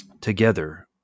Together